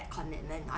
a commitment on